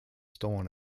stolen